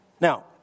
Now